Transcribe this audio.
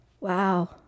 Wow